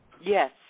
Yes